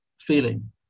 feeling